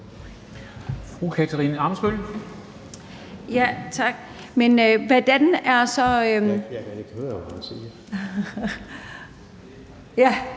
Tak.